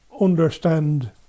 understand